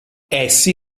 essi